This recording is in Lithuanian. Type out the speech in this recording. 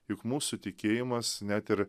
juk mūsų tikėjimas net ir